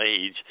age